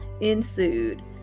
ensued